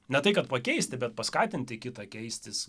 ne tai kad pakeisti bet paskatinti kitą keistis